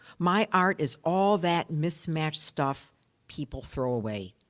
my art is all that mismatched stuff people throw away.